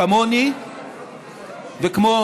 כמוני וכמו,